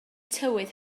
tywydd